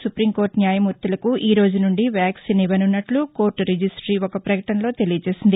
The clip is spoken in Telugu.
సుపీంకోర్లు న్యాయమూర్తులకు ఈరోజు నుండి వ్యాక్సిన్ ఇవ్వనున్నట్ల కోర్లు రిజిట్టీ ఒక ప్రకటనలో తెలియజేసింది